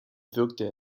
wirkte